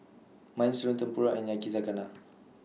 Minestrone Tempura and Yakizakana